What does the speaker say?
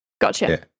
gotcha